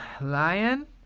Lion